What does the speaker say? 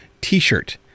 t-shirt